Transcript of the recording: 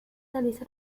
realiza